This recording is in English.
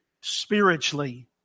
spiritually